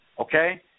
Okay